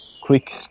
quick